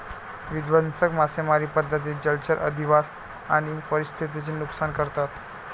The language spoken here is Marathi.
विध्वंसक मासेमारी पद्धती जलचर अधिवास आणि परिसंस्थेचे नुकसान करतात